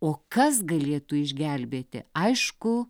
o kas galėtų išgelbėti aišku